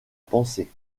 pensée